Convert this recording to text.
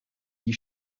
die